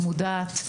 מודעת,